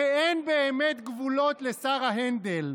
הרי אין באמת גבולות לשר ההנדל.